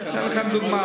אני נותן לכם דוגמה.